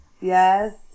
Yes